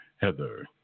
Heather